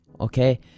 okay